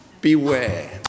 beware